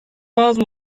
bazı